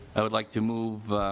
i would like to move